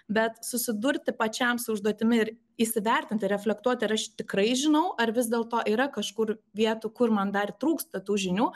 bet susidurti pačiam su užduotimi ir įsivertinti reflektuoti ir aš tikrai žinau ar vis dėlto yra kažkur vietų kur man dar trūksta tų žinių